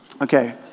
Okay